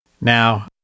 Now